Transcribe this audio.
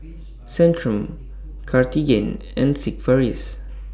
Centrum Cartigain and Sigvaris